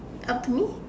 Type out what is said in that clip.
apa ini